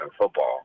football